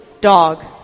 Dog